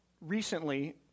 recently